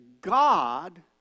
God